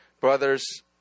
brother's